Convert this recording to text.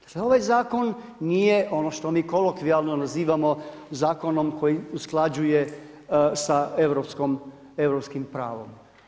Dakle ovaj zakon nije ono što mi kolokvijalno nazivamo zakonom koji usklađuje sa europskim pravom.